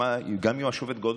וגם עם השופט גולדברג,